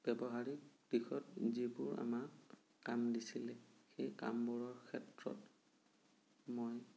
ব্যৱহাৰিক দিশত যিবোৰ আমাক কাম দিছিলে সেই কামবোৰৰ ক্ষেত্ৰত মই